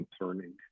concerning